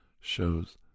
shows